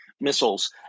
missiles